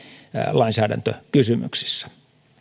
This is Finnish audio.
lainsäädäntökysymyksissä